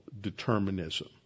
determinism